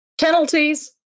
penalties